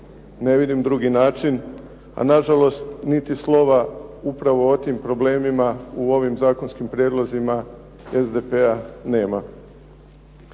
Ne vidim drugi način, a nažalost niti slova upravo u tim problemima u ovim zakonskim prijedlozima SDP-a nema.